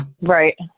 Right